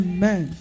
Amen